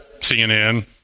CNN